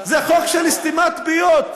זה חוק של סתימת פיות.